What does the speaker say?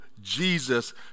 Jesus